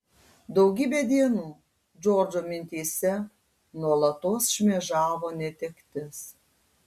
daugybę dienų džordžo mintyse nuolatos šmėžavo netektis